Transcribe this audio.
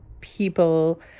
people